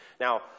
Now